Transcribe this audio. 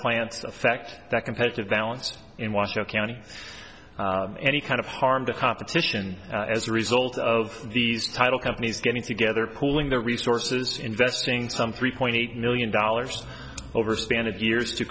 plants affect that competitive balance in washoe county any kind of harm to competition as a result of these title companies getting together pooling their resources investing some three point eight million dollars over span of years to